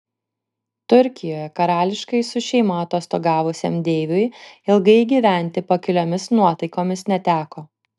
turkijoje karališkai su šeima atostogavusiam deiviui ilgai gyventi pakiliomis nuotaikomis neteko